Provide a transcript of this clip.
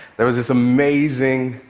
there was this amazing,